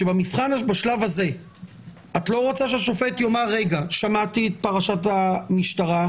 בשלב הזה את לא רוצה שהשופט יאמר: שמעתי את פרשת המשטרה,